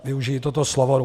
Využiji toto slovo.